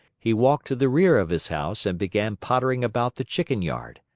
he walked to the rear of his house and began pottering about the chicken yard.